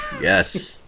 Yes